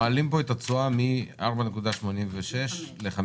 זאת אומרת אתם מעלים פה את התשואה מ-4.86% ל-5%,